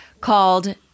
called